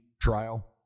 trial